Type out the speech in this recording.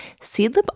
Seedlip